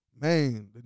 man